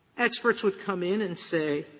experts would come in and say,